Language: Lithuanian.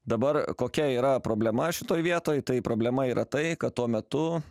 dabar kokia yra problema šitoj vietoj tai problema yra tai kad tuo metu